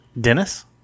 Dennis